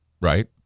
right